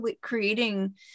creating